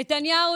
נתניהו,